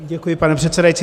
Děkuji pane předsedající.